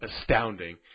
astounding